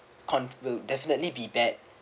con~ will definitely be bad